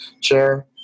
chair